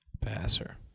passer